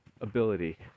ability